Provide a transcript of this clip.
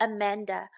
Amanda